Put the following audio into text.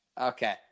Okay